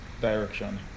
direction